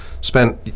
spent